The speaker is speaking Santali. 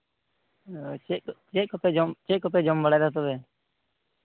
ᱪᱮᱫ ᱠᱚᱯᱮ ᱡᱚᱢ ᱪᱮᱫ ᱠᱚᱯᱮ ᱡᱚᱢ ᱵᱟᱲᱟᱭᱫᱟ ᱛᱚᱵᱮ